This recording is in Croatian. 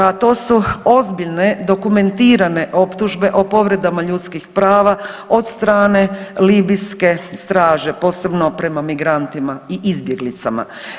To su ozbiljne dokumentirane optužbe o povredama ljudskih prava od strane libijske straže, posebno prema migrantima i izbjeglicama.